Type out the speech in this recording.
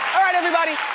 all right everybody,